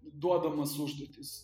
duodamas užduotis